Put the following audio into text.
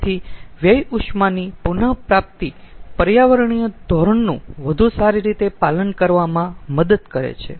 તેથી વ્યય ઉષ્માની પુન પ્રાપ્તિ પર્યાવરણીય ધોરણનું વધુ સારી રીતે પાલન કરવામાં મદદ કરે છે